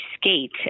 Skate